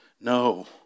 No